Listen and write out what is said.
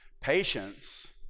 patience